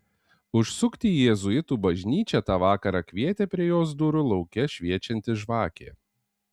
užsukti į jėzuitų bažnyčią tą vakarą kvietė prie jos durų lauke šviečianti žvakė